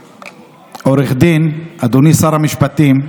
כעורך דין, אדוני שר המשפטים,